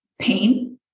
pain